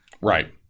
Right